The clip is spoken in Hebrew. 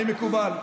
האם מקובל?